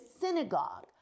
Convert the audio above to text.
synagogue